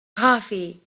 coffee